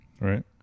Right